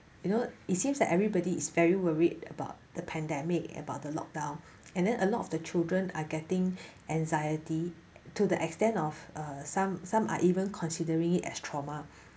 you know it seems like everybody is very worried about the pandemic and about the lock down and then a lot of the children are getting anxiety to the extent of err some some are even considering as trauma